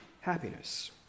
happiness